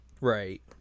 Right